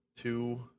two